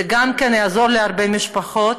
זה גם יעזור להרבה משפחות,